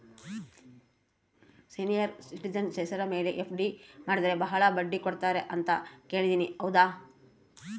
Senior citizen ಹೆಸರ ಮೇಲೆ FD ಮಾಡಿದರೆ ಬಹಳ ಬಡ್ಡಿ ಕೊಡ್ತಾರೆ ಅಂತಾ ಕೇಳಿನಿ ಹೌದಾ?